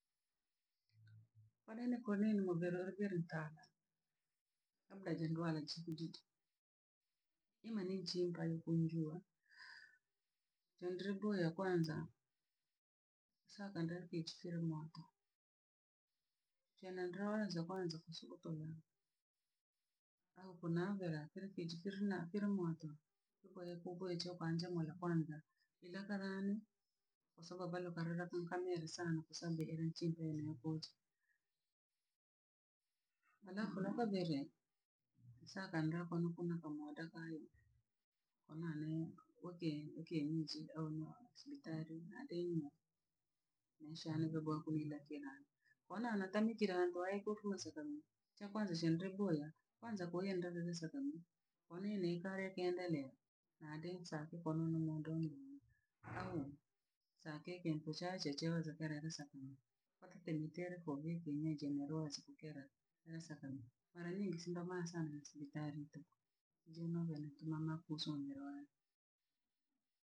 Konene konene movero roverotaka lada jendwara chibujiji imani nchimba yukunjua. Jendre boya kwanza saka ndake chifero moto. Chena ndro wazo kwanza kusukotoro au kunanvera kira kichi kirina kiramoto. Kukoye kukweche okanjamura kwanza. Irakarani osokavero karara kankamera sana kwa sababu erenchigwene okocha. Arafu nakabere sakandra kono kunakamodokayo, omanayu oke- oke muzure onoa sibitari adenua. Maisha anevo boha kunira tena. Onana tamikira antu ayekufusu kamira, cha kwanza shendre boya, kwanza koyenda dadesakano konini kare kendereya ahadensa kokoroni modonowa. au sakekenko cha checheoza kerere sakono. Kwakitengo tereko vikienyejeneroza kukera esakano, aranyingi simba maa sana mu sibitari tu. Zunumbhe natumama kusu mume waye.